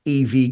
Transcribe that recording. EV